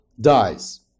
dies